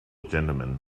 gentleman